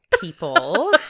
people